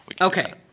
Okay